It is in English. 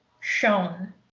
shown